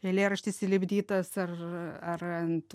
eilėraštis įlipdytas ar ar ant